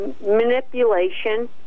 manipulation